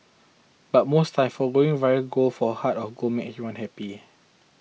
but most times foregoing viral gold for a heart of gold makes everyone happy